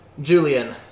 Julian